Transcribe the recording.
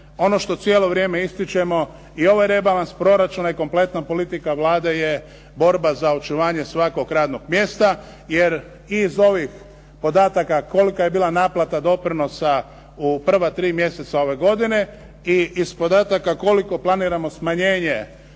ono što cijelo vrijeme ističemo i ovaj rebalans proračuna i kompletna politika Vlade je borba za očuvanje svakog radnog mjesta, jer iz ovih podataka kolika je bila naplata doprinosa u prva tri mjeseca ove godine i iz podataka koliko planiramo smanjenje